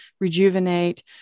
rejuvenate